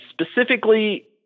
specifically